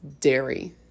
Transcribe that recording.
dairy